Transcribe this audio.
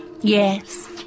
Yes